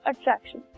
attraction